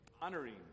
honoring